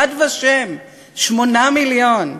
"יד ושם" 8 מיליון,